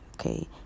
okay